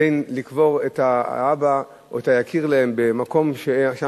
בין לקבור את האבא או את היקיר להם במקום ששם